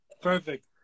Perfect